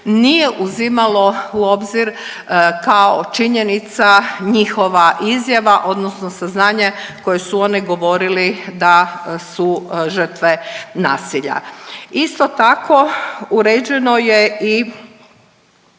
nije uzimalo u obzir kao činjenica njihova izjava, odnosno saznanje koje su oni govorili da su žrtve nasilja. Isto tako, uređeno je i